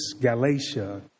Galatia